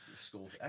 School